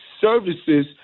services